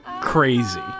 Crazy